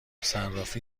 صرافی